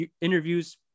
interviews